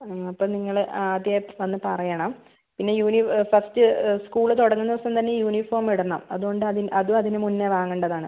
ആ അപ്പം നിങ്ങൾ ആദ്യമേ വന്ന് പറയണം പിന്നെ യൂണീ ഫസ്റ്റ് സ്കൂൾ തുടങ്ങുന്ന ദിവസം തന്നെ യൂണീഫോമ് ഇടണം അതുകൊണ്ട് അതും അതിനു മുൻപെ വാങ്ങേണ്ടതാണ്